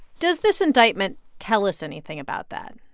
does this indictment tell us anything about that?